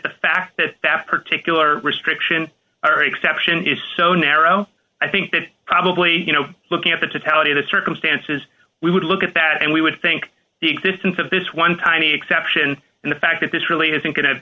the fact that that particular restriction or exception is so narrow i think that probably you know looking at the totality of the circumstances we would look at that and we would think the existence of this one tiny exception in the fact that this really isn't go